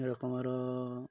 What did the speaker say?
ଏରକମର